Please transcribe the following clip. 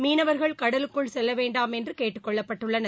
மீனவர்கள் கடலுக்குள் செல்ல வேண்டாம் என்று கேட்டுக் கொள்ளப்பட்டுள்ளனர்